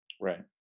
Right